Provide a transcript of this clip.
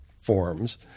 forms